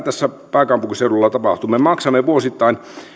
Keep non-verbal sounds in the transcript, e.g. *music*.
*unintelligible* tässä pääkaupunkiseudulla tapahtuu me maksamme vuosittain